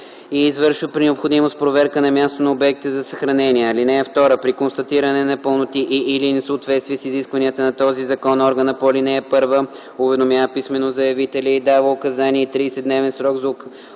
и извършва при необходимост проверка на място на обектите за съхранение. (2) При констатиране на непълноти и/или несъответствия с изискванията на този закон органът по ал. 1 уведомява писмено заявителя и дава указания и 30-дневен срок за